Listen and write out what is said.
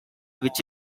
which